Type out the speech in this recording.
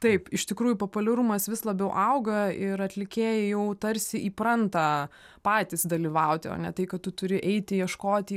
taip iš tikrųjų populiarumas vis labiau auga ir atlikėjai jau tarsi įpranta patys dalyvauti o ne tai kad tu turi eiti ieškoti